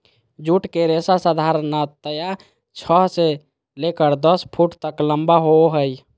jute के रेशा साधारणतया छह से लेकर दस फुट तक लम्बा होबो हइ